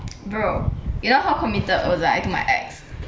bro you know how committed was I to my ex